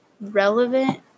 relevant